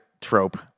trope